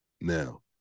Now